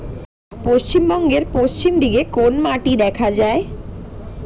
পশ্চিমবঙ্গ পশ্চিম দিকে কোন মাটি দেখা যায়?